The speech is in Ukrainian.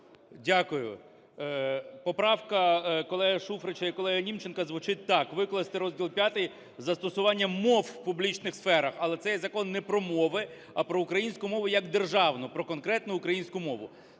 Дякую. Поправка колеги Шуфрича і колеги Німченка звучить так: "викласти розділ V "Застосування мов у публічних сферах". Але цей закон не про мови, а про українську мову як державну, про конкретну українську мову.